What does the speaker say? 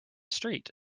street